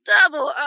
Double